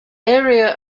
area